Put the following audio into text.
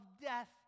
death